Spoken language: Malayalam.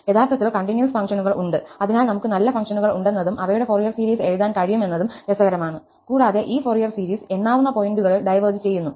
യഥാർത്ഥത്തിൽ കണ്ടിന്യൂസ് ഫംഗ്ഷനുകൾ ഉണ്ട് അതിനാൽ നമുക് നല്ല ഫംഗ്ഷനുകൾ ഉണ്ടെന്നതും അവയുടെ ഫൊറിയർ സീരീസ് എഴുതാൻ കഴിയുമെന്നതും രസകരമാണ് കൂടാതെ ഈ ഫൊറിയർ സീരീസ് എണ്ണാവുന്ന പോയിന്റുകളിൽ ഡൈവേർജ് ചെയ്യുന്നു